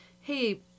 hey